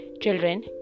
Children